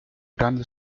grandi